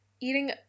eating